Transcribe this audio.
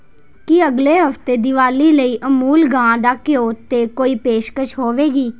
ਕੀ ਅਗਲੇ ਹਫਤੇ ਦੀਵਾਲੀ ਲਈ ਅਮੂਲ ਗਾਂ ਦੇ ਘਿਓ 'ਤੇ ਕੋਈ ਪੇਸ਼ਕਸ਼ ਹੋਵੇਗੀ